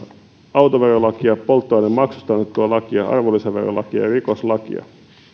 autoverolakia polttoainemaksusta annettua lakia arvonlisäverolakia ja rikoslakia